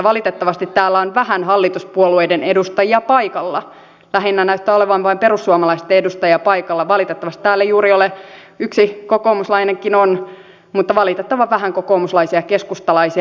valitettavasti täällä on vähän hallituspuolueiden edustajia paikalla lähinnä näyttää olevan vain perussuomalaisten edustajia paikalla valitettavasti täällä ei juuri ole yksi kokoomuslainenkin on kokoomuslaisia ja keskustalaisia